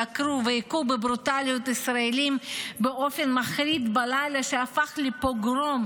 דקרו והיכו בברוטליות ישראלים באופן מחריד בלילה שהפך לפוגרום,